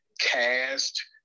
cast